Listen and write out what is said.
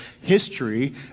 history